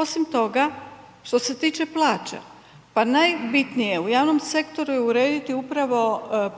Osim toga, što se tiče plaća pa najbitnije je u javnom sektoru urediti upravo